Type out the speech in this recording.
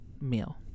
Meal